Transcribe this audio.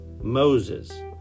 Moses